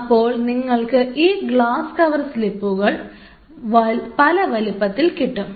അപ്പോൾ നിങ്ങൾക്ക് ഈ ഗ്ലാസ് കവർ സ്ലിപ്പുകൾ കൾ പല വലിപ്പത്തിൽ കിട്ടും